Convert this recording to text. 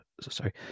sorry